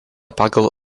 pagal